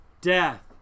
death